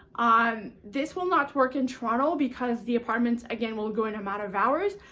um this will not work in toronto, because the apartments, again, will go in a matter of hours.